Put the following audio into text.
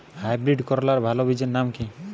Hybrid করলার ভালো বীজের নাম কি?